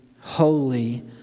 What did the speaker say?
holy